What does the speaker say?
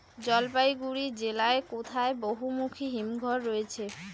জলপাইগুড়ি জেলায় কোথায় বহুমুখী হিমঘর রয়েছে?